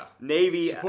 Navy